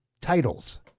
titles